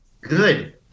Good